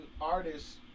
artists